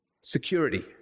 security